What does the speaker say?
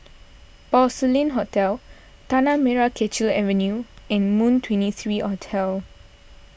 Porcelain Hotel Tanah Merah Kechil Avenue and Moon twenty three Hotel